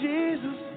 Jesus